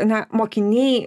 na mokiniai